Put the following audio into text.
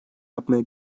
yapmaya